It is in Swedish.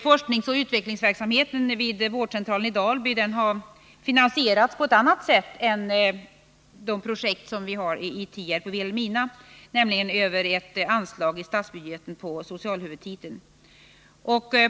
Forskningsoch utvecklingsverksamheten vid vårdcentralen i Dalby har finansierats på ett annat sätt än de projekt som vi har i Tierp och Vilhelmina, nämligen över ett anslag i statsbudgeten på socialhuvudtiteln.